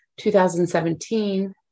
2017